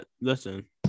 listen